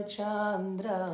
Chandra